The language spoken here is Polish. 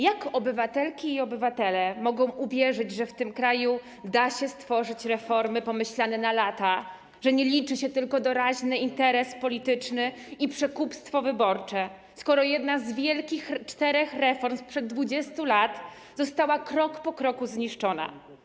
Jak obywatelki i obywatele mogą uwierzyć, że w tym kraju da się stworzyć reformy pomyślane na lata, że nie liczy się tylko doraźny interes polityczny i przekupstwo wyborcze, skoro jedna z czterech wielkich reform sprzed 20 lat została krok po kroku zniszczona?